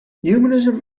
humanism